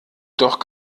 doch